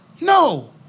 No